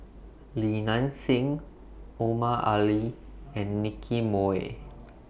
Li Nanxing Omar Ali and Nicky Moey